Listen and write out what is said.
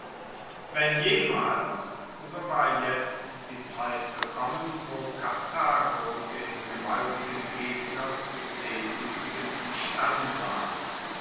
wenn jemals so war jetzt die zeit gekommen wo karthago den gewaltigen gegner zu demuetigen imstande war